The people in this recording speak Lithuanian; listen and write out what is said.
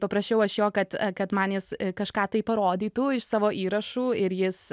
paprašiau aš jo kad kad man jis kažką tai parodytų iš savo įrašų ir jis